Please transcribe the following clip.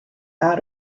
out